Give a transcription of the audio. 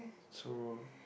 so